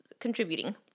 contributing